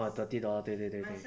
oh thirty dollar 对对对对